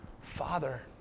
Father